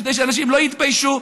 כדי שאנשים לא יתביישו,